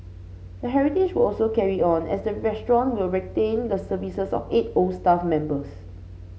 the heritage will also carry on as the restaurant will retain the services of eight old staff members